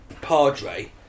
Padre